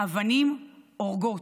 אבנים הורגות.